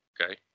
okay